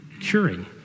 curing